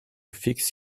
fix